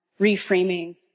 reframing